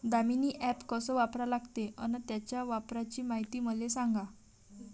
Damini app कस वापरा लागते? अन त्याच्या वापराची मायती मले सांगा